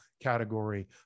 category